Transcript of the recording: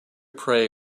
prey